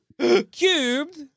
Cubed